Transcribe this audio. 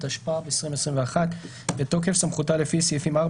התשפ"ב-2021 בתוקף סמכותה לפי סעיפים 4,